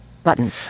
button